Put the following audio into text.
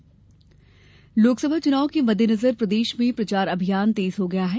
चुनाव प्रचार लोकसभा चुनाव के मद्देनजर प्रदेश में प्रचार अभियान तेज हो गया है